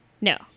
no